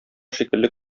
шикелле